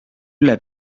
üle